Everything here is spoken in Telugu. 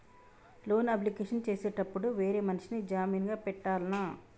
లోన్ అప్లికేషన్ చేసేటప్పుడు వేరే మనిషిని జామీన్ గా పెట్టాల్నా?